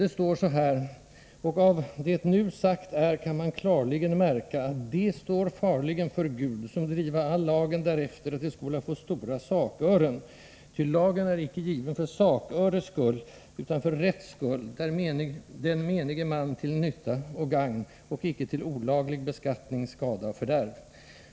Det står nämligen så här: ”Och av det nu sagt är, kan man klarligen märka, att de stå farligen för Gud, som driva all lagen därefter, att de skola få stora sakören, ty lagen är icke given för saköre skull, utan för rätt skull, den menige man till nytta och gagn, och icke till olaglig beskattning, skada och fördärv.